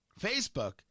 Facebook